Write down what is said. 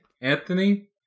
Anthony